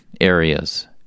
areas